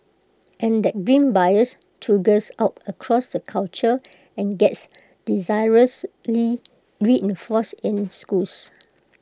and that grim bias trudges out across the culture and gets disastrously reinforced in schools